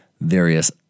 various